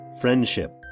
friendship